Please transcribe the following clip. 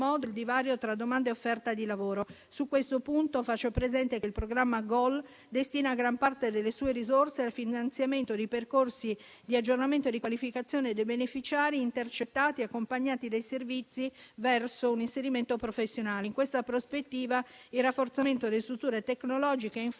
il programma GOL destina gran parte delle sue risorse al finanziamento di percorsi di aggiornamento e di qualificazione dei beneficiari intercettati e accompagnati dai servizi verso un inserimento professionale. In questa prospettiva, il rafforzamento delle strutture tecnologiche e informatiche